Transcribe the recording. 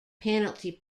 penalty